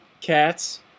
cats